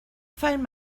find